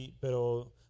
pero